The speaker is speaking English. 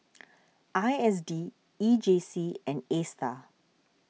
I S D E J C and Astar